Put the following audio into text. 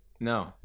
no